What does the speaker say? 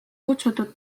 kutsutud